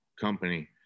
company